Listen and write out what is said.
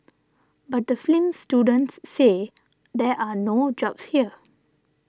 but the film students say there are no jobs here